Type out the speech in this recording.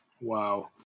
Wow